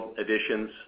additions